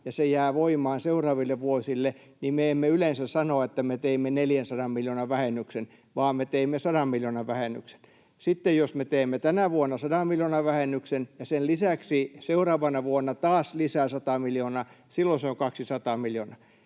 ja se jää voimaan seuraaville vuosille, niin me emme yleensä sano, että me teimme 400 miljoonan vähennyksen, vaan me teimme 100 miljoonan vähennyksen. Sitten jos me teemme tänä vuonna 100 miljoonan vähennyksen ja sen lisäksi seuraavana vuonna taas lisää 100 miljoonaa, silloin se on 200 miljoonaa.